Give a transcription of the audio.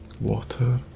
Water